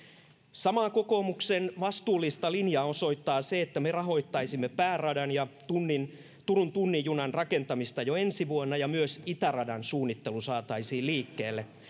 samaa kokoomuksen vastuullista linjaa osoittaa se että me rahoittaisimme pääradan ja turun tunnin junan rakentamista jo ensi vuonna ja myös itäradan suunnittelu saataisiin liikkeelle